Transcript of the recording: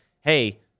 hey